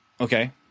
Okay